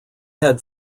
had